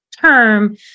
term